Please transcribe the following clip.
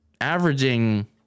averaging